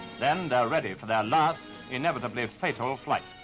then they're ready for their last, inevitably fatal flight.